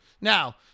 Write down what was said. Now